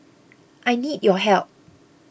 I need your help